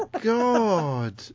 God